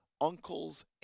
uncles